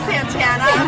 Santana